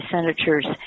Senators